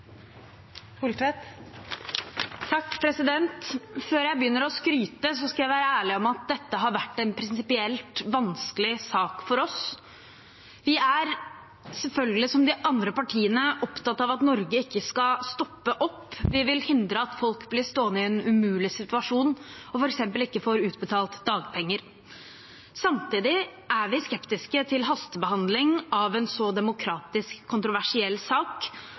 lese den. Før jeg begynner å skryte, skal jeg være ærlig på at dette har vært en prinsipielt vanskelig sak for oss. Vi er, som de andre partiene, selvfølgelig opptatt av at Norge ikke skal stoppe opp. Vi vil hindre at folk blir stående i en umulig situasjon og f.eks. ikke får utbetalt dagpenger. Samtidig er vi skeptisk til hastebehandling av en så demokratisk kontroversiell sak,